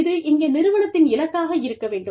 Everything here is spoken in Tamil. இது இங்கே நிறுவனத்தின் இலக்காக இருக்க வேண்டும்